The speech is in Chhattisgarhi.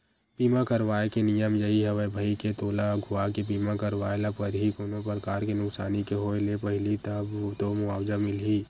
बीमा करवाय के नियम यही हवय भई के तोला अघुवाके बीमा करवाय ल परही कोनो परकार के नुकसानी के होय ले पहिली तब तो मुवाजा मिलही